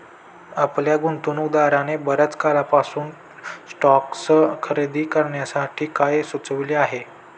आपल्या गुंतवणूकदाराने बर्याच काळासाठी स्टॉक्स खरेदी करण्यासाठी काय सुचविले आहे?